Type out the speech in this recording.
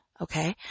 Okay